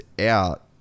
out